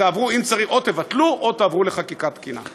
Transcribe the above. או תבטלו, או תעברו לחקיקה תקינה.